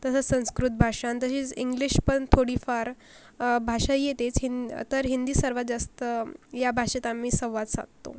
तसंच संस्कृत भाषा तसंच इंग्लिश पण थोडीफार भाषा येतेच हिं तर हिंदी सर्वात जास्त या भाषेत आम्ही संवाद साधतो